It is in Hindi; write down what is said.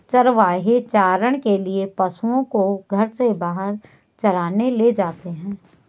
चरवाहे चारण के लिए पशुओं को घर से बाहर चराने ले जाते हैं